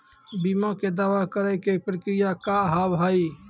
बीमा के दावा करे के प्रक्रिया का हाव हई?